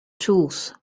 tooth